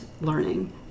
learning